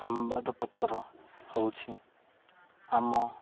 ସମ୍ବାଦପତ୍ର ହଉଛି ଆମ